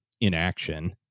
inaction